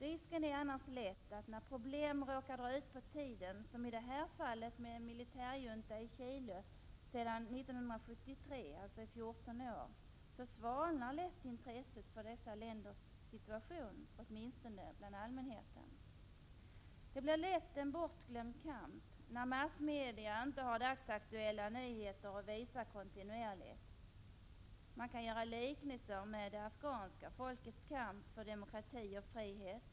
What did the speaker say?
Risken är annars att intresset för problem som råkar dra ut på tiden — som i det här fallet en militärjunta i Chile sedan 1973, alltså i 14 år — lätt svalnar, åtminstone bland allmänheten. Kampen blir lätt bortglömd, när massmedia inte har dagsaktuella nyheter att visa kontinuerligt. Man kan göra liknelser med det afghanska folkets kamp för demokrati och frihet.